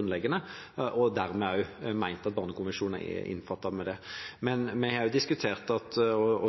og dermed ment at barnekonvensjonen er omfattet av det. Vi har diskutert,